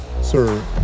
Sir